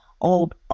old